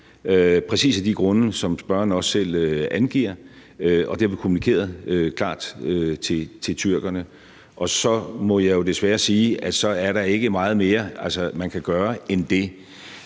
præcis af de grunde, som spørgeren også selv angiver, og som derfor er kommunikeret klart til tyrkerne. Så må jeg jo desværre sige, at der ikke er meget mere, man kan gøre, end det.